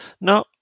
no